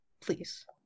please